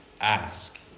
ask